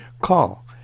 Call